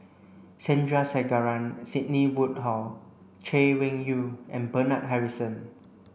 Sandrasegaran Sidney Woodhull Chay Weng Yew and Bernard Harrison